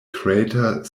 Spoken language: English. crater